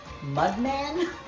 mudman